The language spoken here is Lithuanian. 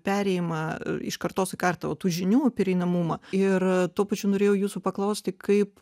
perėjimą iš kartos į kartą o tų žinių pereinamumą ir tuo pačiu norėjau jūsų paklausti kaip